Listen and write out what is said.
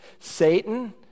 Satan